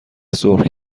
سرخ